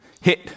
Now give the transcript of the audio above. hit